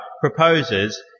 proposes